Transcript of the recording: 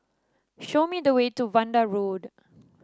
show me the way to Vanda Road